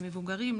למבוגרים,